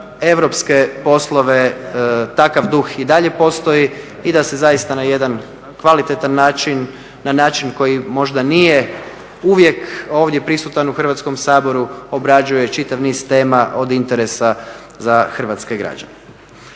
europske poslove takav duh i dalje postoji i da se zaista na jedan kvalitetan način, na način koji možda nije uvijek ovdje prisutan u Hrvatskom saboru obrađuje čitav niz tema od interesa za hrvatske građane.